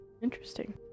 interesting